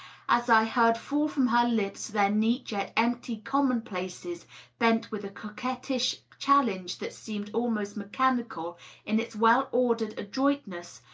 as i heard fall from her lips their neat yet empty commonplaces blent with a coquettish challenge that seemed almost mechanical in its well-ordered adroitness,